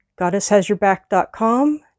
goddesshasyourback.com